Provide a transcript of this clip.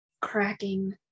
Cracking